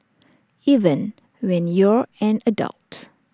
even when you're an adult